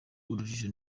urujijo